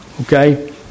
okay